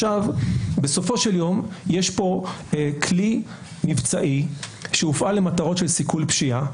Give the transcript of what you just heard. בסופו של יום יש פה כלי מבצעי שהופעל למטרות של סיכול פשיעה,